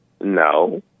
no